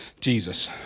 Jesus